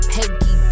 Peggy